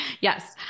Yes